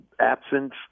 absence